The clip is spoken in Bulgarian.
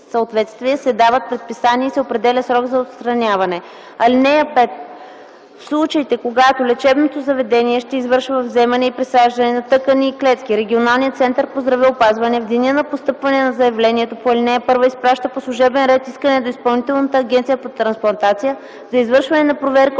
се дават предписания и се определя срок за отстраняването им. (5) В случаите, когато лечебното заведение ще извършва вземане и присаждане на тъкани и клетки, регионалният център по здравеопазване в деня на постъпване на заявлението по ал. 1 изпраща по служебен ред искане до Изпълнителната агенция по трансплантация за извършване на проверка